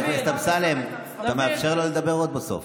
חבר הכנסת אמסלם, אתה מאפשר לו לדבר עוד בסוף.